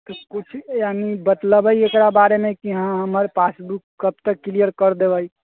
तऽ कुछ यानि बतलेबै एकरा बारेमे कि हँ हमर पासबुक कब तक क्लिअर कर देबै